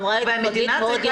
ואמרה את זה חגית מאוד יפה.